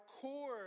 core